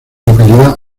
localidad